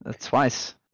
Twice